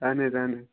اَہَن حظ اَہَن حظ